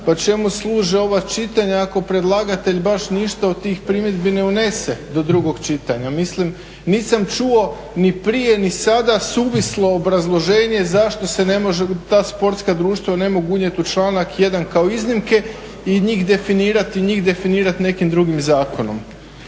pa čemu služe ova čitanja, ako predlagatelj baš ništa od tih primjedbi unese do drugog čitanja? Mislim, nit sam čuo ni prije ni sada suvislo obrazloženje zašto se ne može, ta sportska društva ne mogu unijeti u članak 1. kao iznimke i njih definirati nekim drugim zakonom.